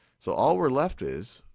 so all we're left is,